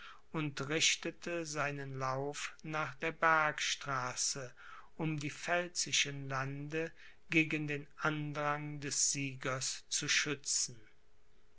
und richtete seinen lauf nach der bergstraße um die pfälzischen lande gegen den andrang des siegers zu schützen